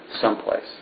someplace